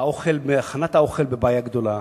והכנת האוכל בבעיה גדולה.